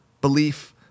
belief